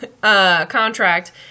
contract